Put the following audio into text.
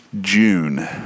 June